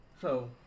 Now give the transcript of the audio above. So-